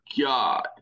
God